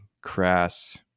crass